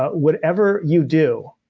ah whatever you do,